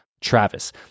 Travis